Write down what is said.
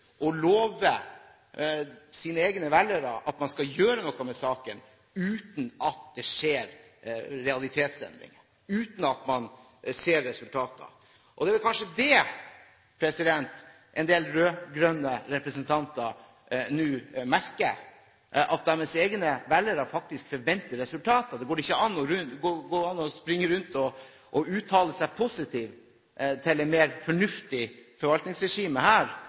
love sine egne velgere at man skal gjøre noe med saken, uten at det skjer realitetsendringer, uten at man ser resultater. Det er kanskje det en del rød-grønne representanter nå merker, at deres egne velgere faktisk forventer resultater. Det går ikke an å springe rundt og uttale seg positivt til et mer fornuftig forvaltningsregime her